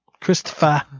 Christopher